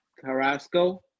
Carrasco